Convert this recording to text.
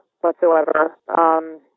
whatsoever